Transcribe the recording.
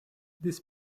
this